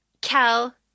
kel